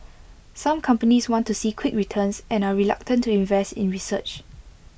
some companies want to see quick returns and are reluctant to invest in research